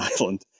Island